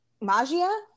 Magia